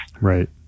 Right